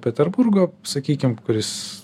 peterburgo sakykim kuris